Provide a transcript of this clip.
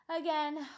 Again